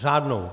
Řádnou.